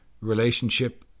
relationship